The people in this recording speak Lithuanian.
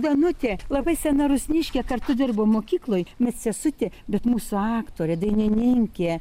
danutė labai sena rusniškė kartu dirbom mokykloj medsesutė bet mūsų aktorė dainininkė